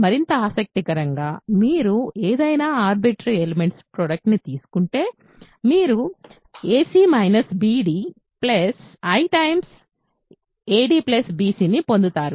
మరింత ఆసక్తికరంగా మీరు ఏదైనా ఆర్బిటరీ ఎలెమెంట్స్ ప్రోడక్ట్ ని తీసుకుంటే మీరు i a d b c ని పొందుతారు